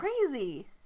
crazy